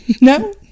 No